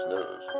News